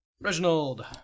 Reginald